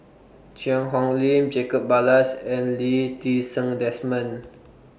Cheang Hong Lim Jacob Ballas and Lee Ti Seng Desmond